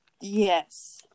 Yes